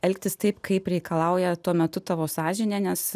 elgtis taip kaip reikalauja tuo metu tavo sąžinė nes